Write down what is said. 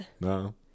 No